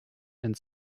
and